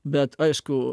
bet aišku